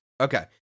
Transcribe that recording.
Okay